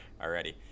already